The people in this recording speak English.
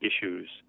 issues